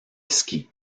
ski